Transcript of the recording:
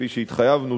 כפי שהתחייבנו,